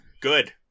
good